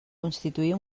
constituir